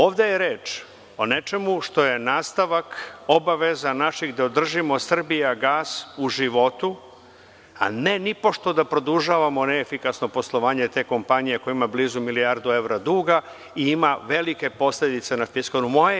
Ovde je reč o nečemu što je nastavak naših obaveza da održimo „Srbijagas“ u životu, a ne nipošto da produžavamo neefikasno poslovanje te kompa-nije koja ima blizu milijardu evra duga i ima velike posledice na fiskalnu politiku.